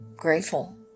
grateful